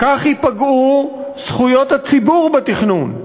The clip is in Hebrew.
כך ייפגעו זכויות הציבור בתכנון,